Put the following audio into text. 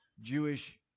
Jewish